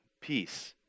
peace